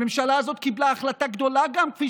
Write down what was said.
הממשלה הזאת קיבלה החלטה גדולה גם בנושא החל"ת,